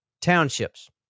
townships